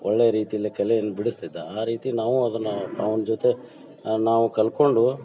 ಒಳ್ಳೆಯ ರೀತಿಯಲ್ಲೇ ಕಲೆಯನ್ನು ಬಿಡಿಸ್ತಿದ್ದ ಆ ರೀತಿ ನಾವೂ ಅದನ್ನು ಅವ್ನ ಜೊತೆ ನಾವು ಕಲ್ತ್ಕೊಂಡು